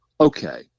okay